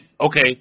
Okay